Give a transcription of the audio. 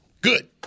Good